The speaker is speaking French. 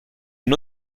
une